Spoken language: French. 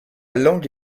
langue